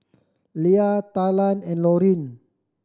Lea Talan and Laurine